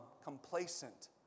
complacent